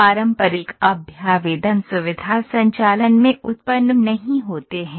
पारंपरिक अभ्यावेदन सुविधा संचालन में उत्पन्न नहीं होते हैं